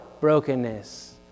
brokenness